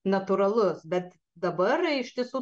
natūralus bet dabar iš tiesų